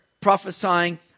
prophesying